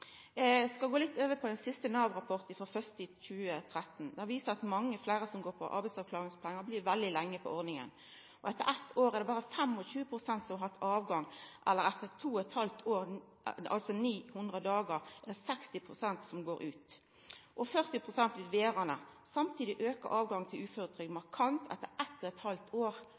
skal gå litt over til den siste Nav-rapporten, nr. 1/2013. Rapporten viser at mange som går på arbeidsavklaringspengar, blir veldig lenge i ordninga. Etter eitt år er det berre 25 pst. som har hatt avgang, og etter 900 dagar er det 60 pst. som går ut. 40 pst. blir verande. Samtidig aukar overgangen til uføretrygd markant etter å ha vore på arbeidsavklaringspengar i eitt og eit halvt år.